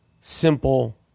simple